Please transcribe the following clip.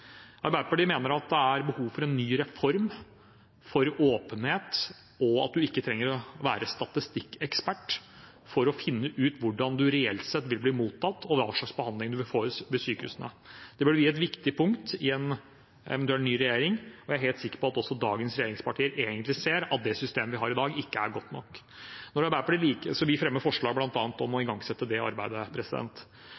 Arbeiderpartiet mener at det er behov for en ny reform for åpenhet, og at man ikke trenger å være statistikkekspert for å finne ut hvordan man reelt sett vil bli mottatt, og hva slags behandling man vil få ved sykehusene. Det vil bli et viktig punkt for en eventuell ny regjering, og jeg er helt sikker på at også dagens regjeringspartier egentlig ser at det systemet vi har i dag, ikke er godt nok. Derfor fremmer Arbeiderpartiet med flere et forslag om å